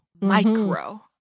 Micro